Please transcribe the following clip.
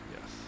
Yes